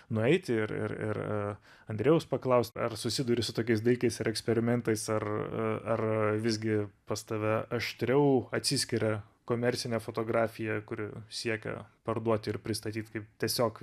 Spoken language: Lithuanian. nueiti ir ir ir andrejaus paklaust ar susiduri su tokiais dalykais ir eksperimentais ar ar visgi pas tave aštriau atsiskiria komercinė fotografija kuri siekia parduoti ir pristatyti kaip tiesiog